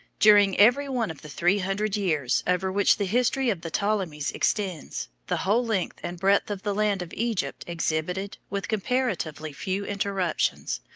during every one of the three hundred years over which the history of the ptolemies extends, the whole length and breadth of the land of egypt exhibited, with comparatively few interruptions,